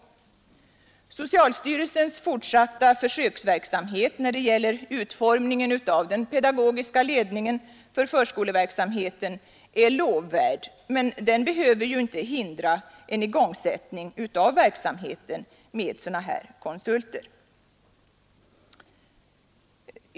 Socialstyrelsens fortsatta försöksverksamhet när det gäller utformningen av den pedagogiska ledningen för förskoleverksamheten är lovvärd, men den behöver ju inte hindra igångsättning av verksamheten med sådana här konsulter.